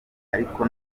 ariko